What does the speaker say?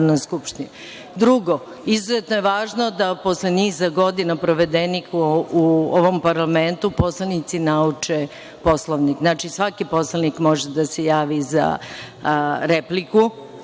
izuzetno je važno da posle niza godina provedenih u ovom parlamentu poslanici nauče Poslovnik. Znači, svaki poslanik može da se javi za repliku,